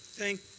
Thank